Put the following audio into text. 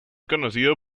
conocido